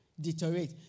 deteriorate